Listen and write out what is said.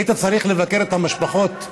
היית צריך לבקר את המשפחות,